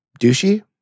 douchey